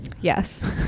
Yes